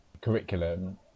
curriculum